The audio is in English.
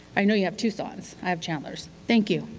i know you have tucson's. i have chandler's. thank you.